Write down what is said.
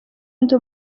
ndi